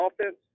offense